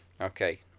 Okay